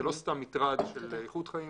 זה לא סתם מטרד של איכות חיים,